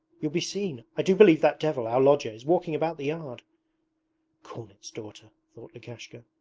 you'll be seen! i do believe that devil, our lodger, is walking about the yard cornet's daughter thought lukashka.